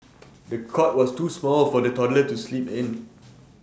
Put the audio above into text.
the cot was too small for the toddler to sleep in